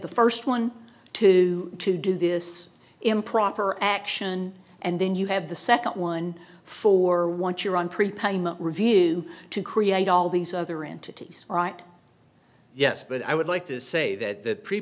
the first one to to do this improper action and then you have the second one for once you're on prepayment review to create all these other entities right yes but i would like to say that